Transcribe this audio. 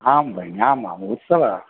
आं भगिनि आम् आम् उत्सव